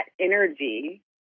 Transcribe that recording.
energy